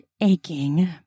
aching